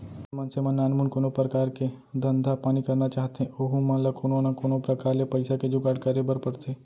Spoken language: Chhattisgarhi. जेन मनसे मन नानमुन कोनो परकार के धंधा पानी करना चाहथें ओहू मन ल कोनो न कोनो प्रकार ले पइसा के जुगाड़ करे बर परथे